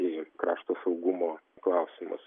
į krašto saugumo klausimus